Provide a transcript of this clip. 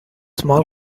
small